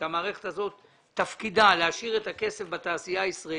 כאשר תפקידה של המערכת הזאת הוא להשאיר את הכסף בתעשייה הישראלית,